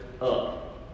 up